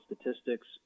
statistics